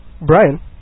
Brian